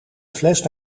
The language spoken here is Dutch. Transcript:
fles